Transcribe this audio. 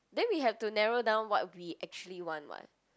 then we have to narrow down what we actually want [what]